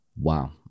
wow